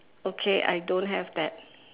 okay I don't have that